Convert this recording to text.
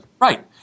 right